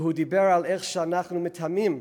והוא דיבר על איך אנחנו מטמאים,